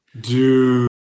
Dude